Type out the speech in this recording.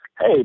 hey